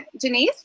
Janice